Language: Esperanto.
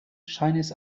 ŝajnas